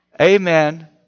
Amen